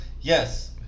Yes